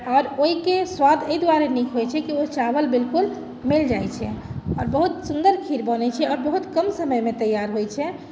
आओर ओहिके स्वाद एहि दुआरे नीक होइत छै कि ओ चावल बिलकुल मिल जाइत छै आओर बहुत सुन्दर खीर बनैत छै आओर बहुत कम समयमे तैयार होइत छै